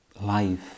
life